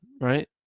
Right